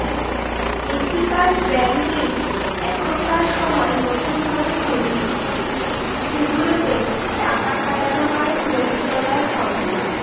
ethical banking এখনকার সময় নতুন ভাবে তৈরী হচ্ছে সেগুলাতে টাকা খাটানো হয় নৈতিকতার সঙ্গে